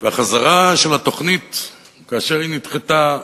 והחזרה של התוכנית, כאשר היא נדחתה